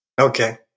Okay